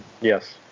Yes